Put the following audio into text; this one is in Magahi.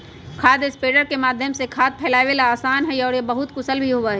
खाद स्प्रेडर के माध्यम से खाद फैलावे ला आसान हई और यह बहुत कुशल भी हई